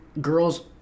girls